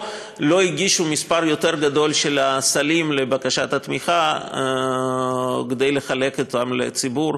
או לא הגישו בקשת תמיכה למספר יותר גדול של הסלים כדי לחלק אותם לציבור.